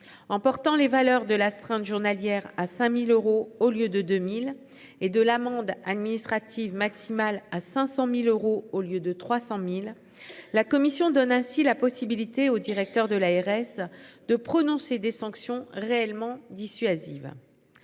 en portant les valeurs de l'astreinte journalière à 5000 euros au lieu de 2000 et de l'amende administrative maximale à 500.000 euros au lieu de 300.000. La Commission donne ainsi la possibilité au directeur de l'ARS de prononcer des sanctions réellement dissuasives.